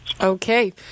Okay